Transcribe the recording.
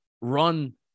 run